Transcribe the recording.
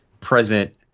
present